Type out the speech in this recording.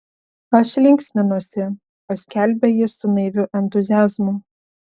aš linksminuosi paskelbė jis su naiviu entuziazmu